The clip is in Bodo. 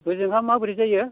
हजोंहाय माबोरै जायो